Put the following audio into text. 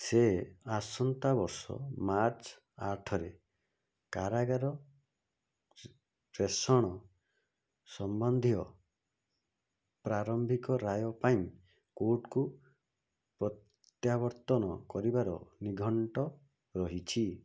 ସେ ଆସନ୍ତା ବର୍ଷ ମାର୍ଚ୍ଚ ଆଠ ରେ କାରାଗାର ପ୍ରେଷଣ ସମ୍ବନ୍ଧୀୟ ପ୍ରାରମ୍ଭିକ ରାୟ ପାଇଁ କୋର୍ଟକୁ ପ୍ରତ୍ୟାବର୍ତ୍ତନ କରିବାର ନିର୍ଘଣ୍ଟ ରହିଛି